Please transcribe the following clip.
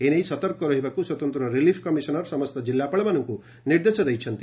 ଏନେଇ ସତର୍କ ରହିବାକୁ ସ୍ୱତନ୍ତ ରିଲିଫ୍ କମିଶନର ସମସ୍ତ ଜିଲ୍ଲାପାଳଙ୍କୁ ନିର୍ଦ୍ଦେଶ ଦେଇଛନ୍ତି